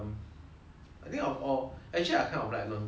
I think of all actually I kind of like Long John Silver